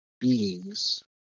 beings